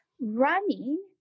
running